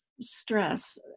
stress